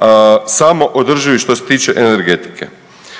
80% samoodrživi što se tiče energetike.